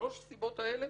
שמשלוש הסיבות האלה